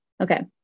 Okay